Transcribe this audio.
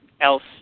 else